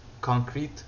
concrete